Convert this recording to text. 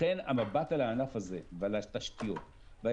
לכן המבט על הענף הזה ועל התשתיות ועל